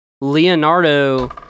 Leonardo